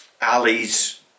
alleys